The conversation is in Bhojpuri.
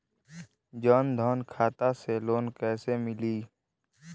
जन धन खाता से लोन कैसे मिली?